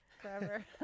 forever